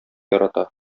ярата